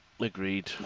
agreed